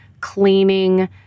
cleaning